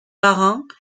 parents